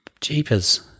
jeepers